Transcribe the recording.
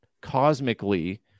cosmically